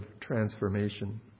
transformation